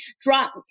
drop